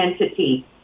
entity